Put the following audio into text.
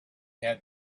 had